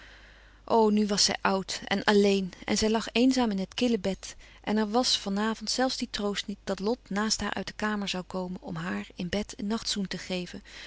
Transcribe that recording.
nu was zij oud en alleen en zij lag eenzaam in het kille bed en er was van avond zelfs die troost niet dat lot naast haar uit de kamer zoû komen om haar in bed een nachtzoen te geven